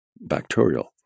bacterial